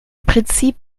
prinzip